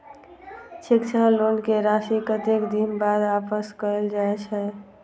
शिक्षा लोन के राशी कतेक दिन बाद वापस कायल जाय छै?